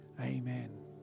Amen